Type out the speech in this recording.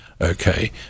okay